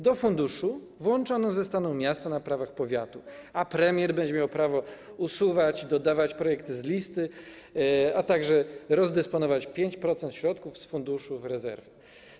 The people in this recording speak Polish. Do funduszu włączone zostaną miasta na prawach powiatu, a premier będzie miał prawo usuwać i dodawać projekty z listy, a także rozdysponować 5% środków z funduszu rezerwy.